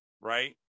Right